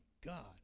God